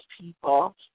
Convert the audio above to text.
people